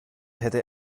hätte